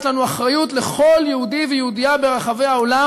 יש לנו אחריות לכל יהודי ויהודייה ברחבי העולם.